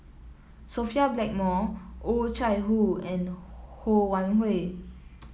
Sophia Blackmore Oh Chai Hoo and Ho Wan Hui